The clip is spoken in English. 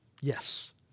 Yes